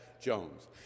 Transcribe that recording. Jones